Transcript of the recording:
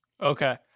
Okay